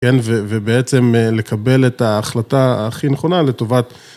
כן, ובעצם לקבל את ההחלטה הכי נכונה לטובת...